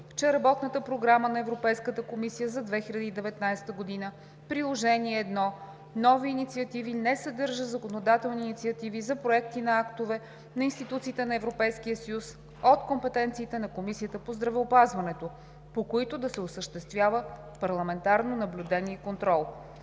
че Работната програма на Европейската комисия за 2019 г., Приложение I: „Нови инициативи“, не съдържа законодателни инициативи за проекти на актове на институциите на Европейския съюз от компетенциите на Комисията по здравеопазването, по които да се осъществява парламентарно наблюдение и контрол.